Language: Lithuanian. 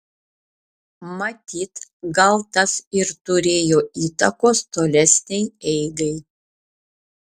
matyt gal tas ir turėjo įtakos tolesnei eigai